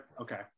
Okay